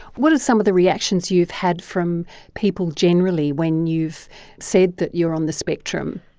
what are some of the reactions you've had from people generally when you've said that you are on the spectrum?